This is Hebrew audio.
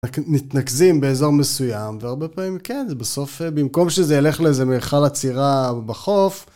מתקנזים באזור מסוים, והרבה פעמים כן, זה בסוף, במקום שזה ילך לאיזה מיכל עצירה בחוף.